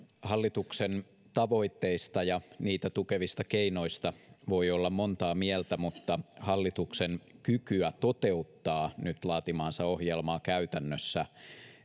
hallituksen tavoitteista ja niitä tukevista keinoista voi olla montaa mieltä mutta hallituksen kykyä toteuttaa nyt laatimaansa ohjelmaa käytännössä